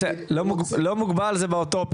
בסדר אבל לא מוגבל זה באוטופיה.